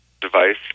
device